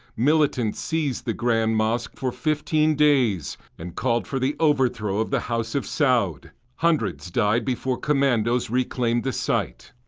militants seized the grand mosque for fifteen days and called for the overthrow of the house of saud. hundreds died before commandos reclaimed the site.